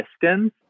distance